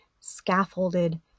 scaffolded